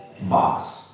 box